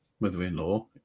mother-in-law